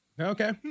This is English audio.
Okay